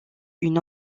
une